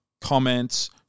comments